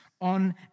on